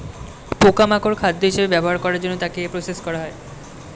পোকা মাকড় খাদ্য হিসেবে ব্যবহার করার জন্য তাকে প্রসেস করা হয়